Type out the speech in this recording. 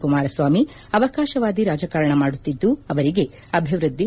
ಕುಮಾರಸ್ವಾಮಿ ಅವಕಾಶವಾದಿ ರಾಜಕಾರಣ ಮಾಡುತ್ತಿದ್ದು ಅವರಿಗೆ ಅಭಿವೃದ್ದಿ